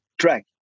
track